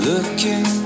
Looking